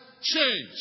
change